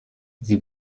sie